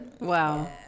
wow